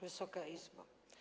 Wysoka Izbo!